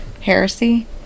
heresy